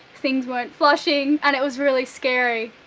things weren't flushing, and it was really scary.